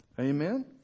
Amen